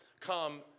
come